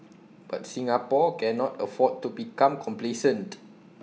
but Singapore cannot afford to become complacent